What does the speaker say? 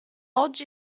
oggi